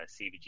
CBG